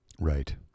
Right